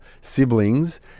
siblings